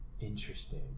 Interesting